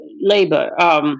labour